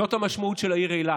זאת המשמעות של העיר אילת,